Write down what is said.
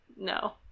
No